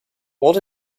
what